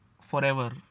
forever